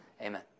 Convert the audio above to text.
Amen